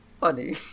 funny